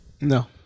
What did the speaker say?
No